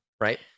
right